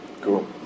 cool